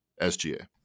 SGA